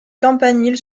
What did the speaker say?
campanile